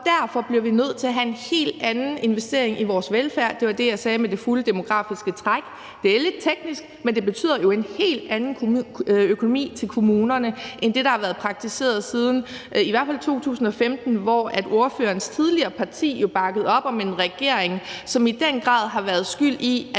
Derfor bliver vi nødt til at have en helt anden investering i vores velfærd. Det var det, jeg sagde omkring det fulde demografiske træk. Det er lidt teknisk, men det betyder en helt anden økonomi til kommunerne end det, der har været praktiseret siden i hvert fald 2015, hvor ordførerens tidligere parti jo bakkede op om en regering, som i den grad har været skyld i,